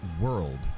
world